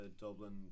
Dublin